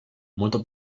molto